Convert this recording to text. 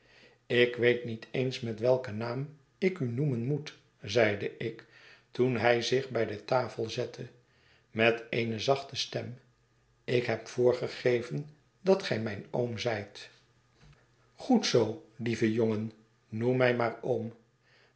ik weet niet eens met welken naam ik u noemen moet zeide ik toen hij zich bij de tafel zette met eene zachte stem ik heb voorgegeven dat ge mijn oom zijt goed zoo lieve jongen noem mij maar oom